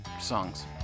songs